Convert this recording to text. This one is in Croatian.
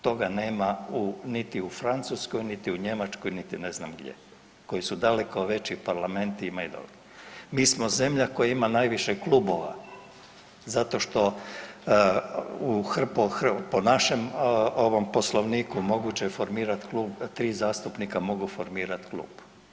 Toga nema u, niti u Francuskoj, niti u Njemačkoj, niti ne znam gdje, koji su daleko veći parlamenti …/nerazumljivo/… mi smo zemlja koja ima najviše klubova zato što u, po našem ovom Poslovniku moguće je formirati klub da 3 zastupnika mogu formirati klub.